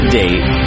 date